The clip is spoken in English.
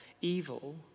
evil